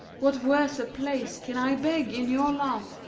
what worser place can i beg in your love,